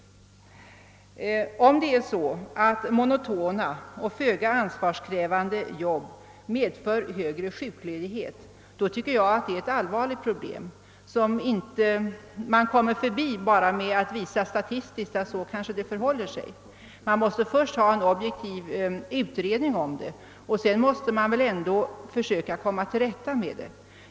Om det är så att monotona och föga ansvarskrävande arbeten medför högre sjukledighet, då tycker jag att det är ett allvarligt problem som man inte kommer förbi bara genom att visa statistiskt hur det kanske förhåller sig. Man måste först ha en objektiv utredning, och sedan måste man väl ändå söka komma till rätta med problemen.